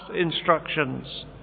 instructions